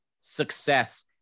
success